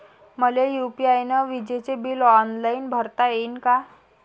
मले यू.पी.आय न विजेचे बिल ऑनलाईन भरता येईन का?